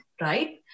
right